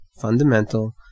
fundamental